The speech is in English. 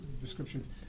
descriptions